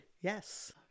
yes